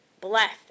Bless